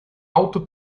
alto